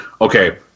okay